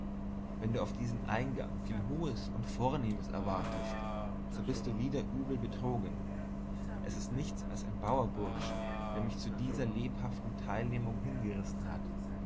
wenn du auf diesen eingang viel hohes und vornehmes erwartest so bist du wieder übel betrogen es ist nichts als ein bauerbursch der mich zu dieser lebhaften teilnehmung hingerissen hat